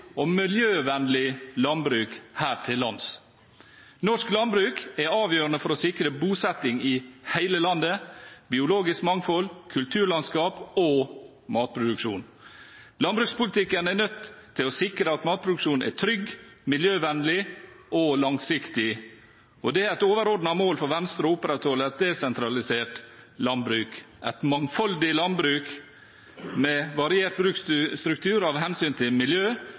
og miljøvennlig landbruk her til lands. Norsk landbruk er avgjørende for å sikre bosetting i hele landet, biologisk mangfold, kulturlandskap og matproduksjon. Landbrukspolitikken er nødt til å sikre at matproduksjonen er trygg, miljøvennlig og langsiktig, og det er et overordnet mål for Venstre å opprettholde et desentralisert landbruk – et mangfoldig landbruk med variert bruksstruktur av hensyn til miljø,